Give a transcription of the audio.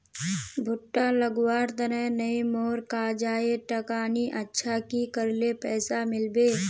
भुट्टा लगवार तने नई मोर काजाए टका नि अच्छा की करले पैसा मिलबे?